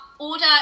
Order